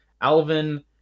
Alvin